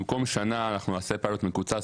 במקום שנה אנחנו נעשה פיילוט מקוצר.